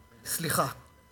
סליחה,